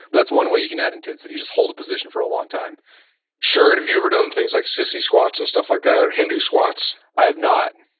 that's one way you can add intensity. you just hold a position for a long time sure. and have you ever done things like, sissy squats and stuff like that, or hindu squats? i have not.